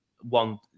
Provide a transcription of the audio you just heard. one